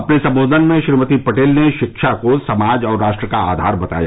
अपने संबोधन में श्रीमती पटेल ने शिक्षा को समाज और राष्ट्र का आधार बताया